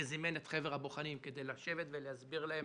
שזימן את חבר הבוחנים כדי לשבת ולהסביר להם